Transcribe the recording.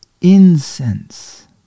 incense